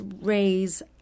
raise